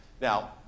Now